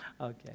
Okay